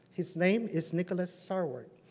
his name is nicholas sarwark.